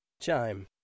Chime